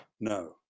no